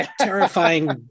terrifying